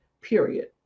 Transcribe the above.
period